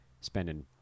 Spending